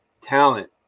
talent